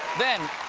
then